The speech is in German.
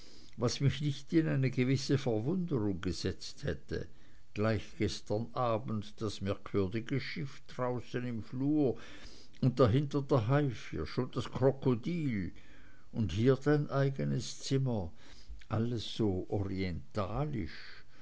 was mich nicht in eine gewisse verwunderung gesetzt hätte gleich gestern abend das merkwürdige schiff draußen im flur und dahinter der haifisch und das krokodil und hier dein eigenes zimmer alles so